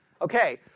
Okay